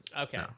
Okay